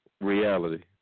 reality